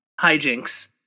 hijinks